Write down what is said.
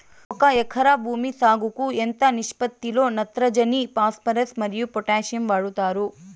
ఒక ఎకరా భూమి సాగుకు ఎంత నిష్పత్తి లో నత్రజని ఫాస్పరస్ మరియు పొటాషియం వాడుతారు